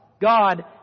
God